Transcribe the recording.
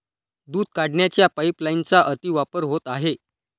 दूध काढण्याच्या पाइपलाइनचा अतिवापर होत आहे